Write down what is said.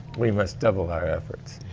we must double our efforts.